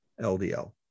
LDL